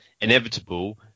inevitable